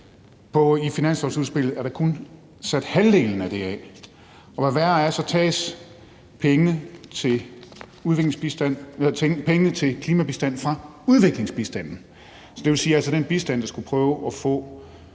I finanslovsudspillet er der kun sat halvdelen af det af. Og hvad værre er, så tages penge til klimabistand fra udviklingsbistanden. Det vil sige den bistand, der skulle prøve at få